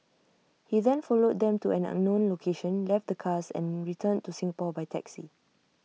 he then followed them to an unknown location left the cars and returned to Singapore by taxi